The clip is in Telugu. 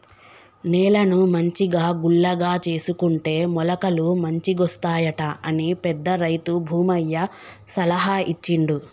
నేలను మంచిగా గుల్లగా చేసుకుంటే మొలకలు మంచిగొస్తాయట అని పెద్ద రైతు భూమయ్య సలహా ఇచ్చిండు